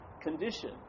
condition